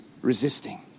resisting